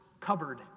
covered